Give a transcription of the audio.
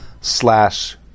slash